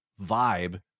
vibe